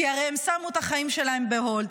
כי הרי הם שמו את החיים שלהם ב-Hold,